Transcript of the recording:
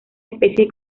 especies